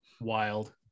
Wild